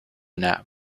nap